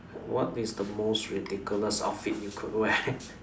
what is the most ridiculous outfit you could wear